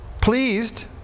pleased